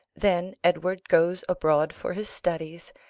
then edward goes abroad for his studies,